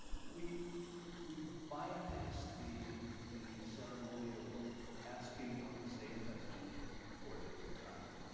we we bypass the the ceremonial asking of the same question four different times. and